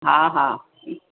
हा हा